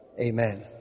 Amen